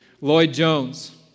Lloyd-Jones